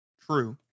True